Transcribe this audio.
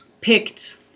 picked